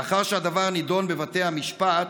לאחר שהדבר נדון בבתי המשפט,